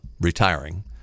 retiring